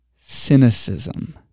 Cynicism